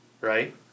right